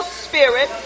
spirit